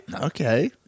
Okay